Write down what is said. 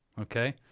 Okay